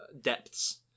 depths